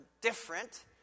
different